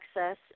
access